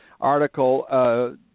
article